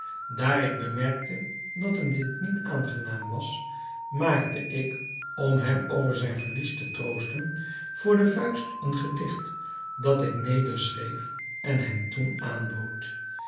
daar ik bemerkte dat hem dit niet aangenaam was maakte ik om hem over zijn verlies te troosten voor de vuist een gedicht dat ik nederschreef en hem toen aanbood